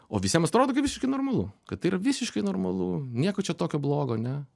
o visiems atrodo kaip visiškai normalu kad tai yra visiškai normalu nieko čia tokio blogo ane